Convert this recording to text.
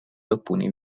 lõpuni